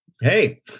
Hey